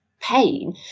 pain